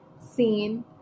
seen